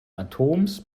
atoms